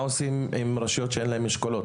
מה עושים עם רשויות שאין להן אשכולות?